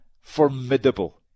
formidable